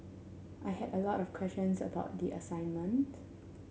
I had a lot of questions about the assignment